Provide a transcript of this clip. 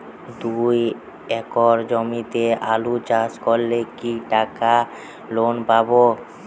দুই একর জমিতে আলু চাষ করলে কি টাকা লোন পাবো?